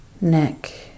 neck